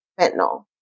fentanyl